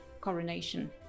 coronation